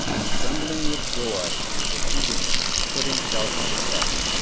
but trembling with joy and with eagerness to put himself to the test,